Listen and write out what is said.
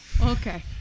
Okay